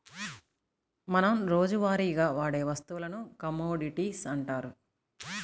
మనం రోజువారీగా వాడే వస్తువులను కమోడిటీస్ అంటారు